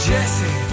Jesse